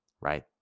right